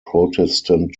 protestant